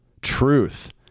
truth